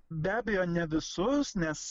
be abejo ne visus nes